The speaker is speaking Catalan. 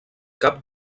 cap